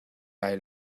lai